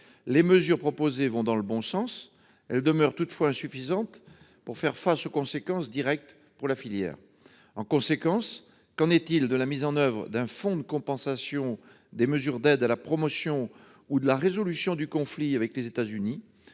les mesures proposées vont dans le bon sens, elles demeurent insuffisantes pour faire face aux conséquences directes pour la filière. En conséquence, qu'en est-il de la mise en oeuvre d'un fonds de compensation des mesures d'aides à la promotion ou de la résolution du conflit avec les États-Unis ?